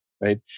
right